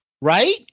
Right